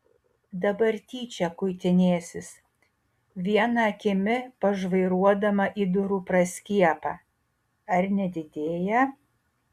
dabar tyčia kuitinėsis viena akimi pažvairuodama į durų praskiepą ar nedidėja